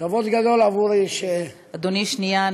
כבוד גדול עבורי, אדוני, שנייה.